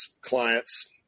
clients